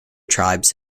tribes